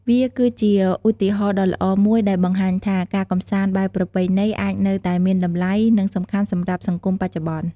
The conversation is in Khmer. វាគឺជាឧទាហរណ៍ដ៏ល្អមួយដែលបង្ហាញថា ការកម្សាន្តបែបប្រពៃណីអាចនៅតែមានតម្លៃ និងសំខាន់សម្រាប់សង្គមបច្ចុប្បន្ន។